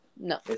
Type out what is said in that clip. No